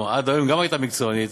עד היום גם הייתה מקצוענית,